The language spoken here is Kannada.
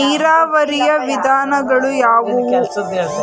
ನೀರಾವರಿಯ ವಿಧಾನಗಳು ಯಾವುವು?